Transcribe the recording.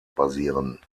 basieren